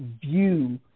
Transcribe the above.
view